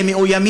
שבגליל.